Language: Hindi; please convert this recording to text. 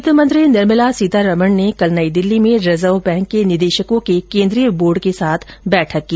वित्तमंत्री निर्मला सीतारामन ने कल नई दिल्ली में रिजर्व बैंक के निदेशकों के केंद्रीय बोर्ड के साथ बैठक की